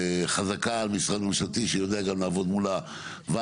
וחזקה על משרד ממשלתי שהוא יודע גם לעבוד מול הוועד.